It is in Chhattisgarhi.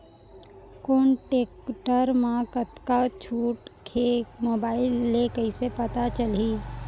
कोन टेकटर म कतका छूट हे, मोबाईल ले कइसे पता चलही?